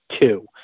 two